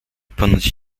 ponoć